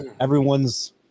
everyone's